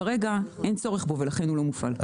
כרגע אין צורך בו, לכן הוא לא מופעל.